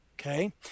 Okay